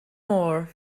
more